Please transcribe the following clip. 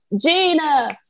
Gina